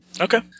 Okay